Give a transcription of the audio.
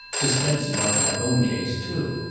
suspense about my own case too!